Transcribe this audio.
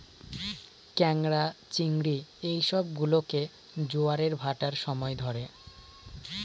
ক্যাঁকড়া, চিংড়ি এই সব গুলোকে জোয়ারের ভাঁটার সময় ধরে